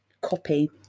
copy